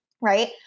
right